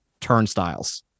turnstiles